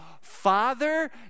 Father